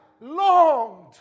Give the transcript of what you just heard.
longed